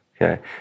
okay